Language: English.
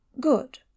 Good